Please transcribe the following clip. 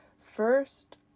first